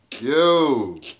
Yo